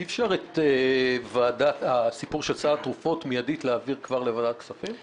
אי אפשר להעביר את נושא סל התרופות לוועדת כספים מידית?